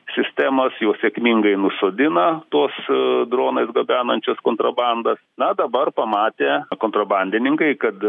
sistemas juos sėkmingai nusodina tuos dronais gabenančias kontrabandą na dabar pamatė kontrabandininkai kad